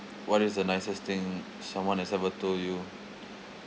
what is the nicest thing someone has ever told you